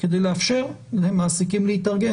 כדי לאפשר למעסיקים להתארגן.